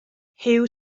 huw